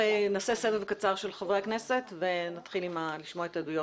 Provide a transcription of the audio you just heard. נעשה סבב קצר של חברי הכנסת ונתחיל לשמוע את העדויות.